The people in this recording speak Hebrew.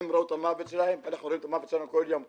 הם ראו את המוות שלהם אנחנו רואים את המוות שלנו כל יום כמעט.